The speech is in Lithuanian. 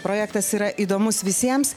projektas yra įdomus visiems